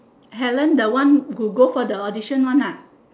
helen the one who go for the audition one ah